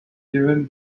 given